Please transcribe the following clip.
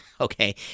Okay